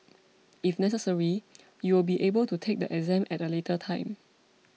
if necessary you will be able to take the exam at a later time